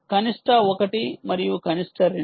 కనిష్ట 1 మరియు కనిష్ట 2